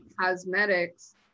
cosmetics